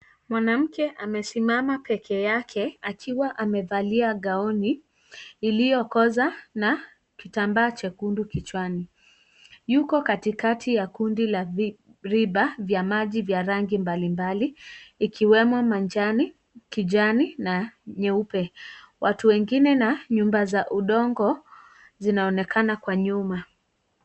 Mwanamke amesimama pekee yake akiwa amevalia gauni iliyokoza na kitambaa chekundu kichwani . Yuko katikati ya kundi la viriba vya maji vya rangi mbalimbali ikiwemo manjani , kijani na nyeupe . Watu wengine na nyumbaza udongo zinaonekana kwa nyuma.